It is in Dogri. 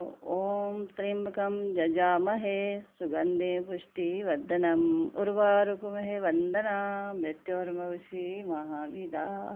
ओम त्रिंम कंव ज्जा महेश सुगंधे पुश्टि बर्दनम उर्बार रुपमेह वंदना मृत्य़ होर मौश महा विदाह्